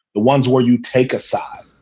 the ones where you take aside,